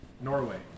Norway